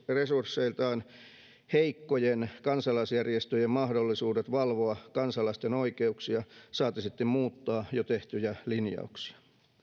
resursseiltaan heikkojen kansalaisjärjestöjen mahdollisuudet valvoa kansalaisten oikeuksia saati sitten muuttaa jo tehtyjä linjauksia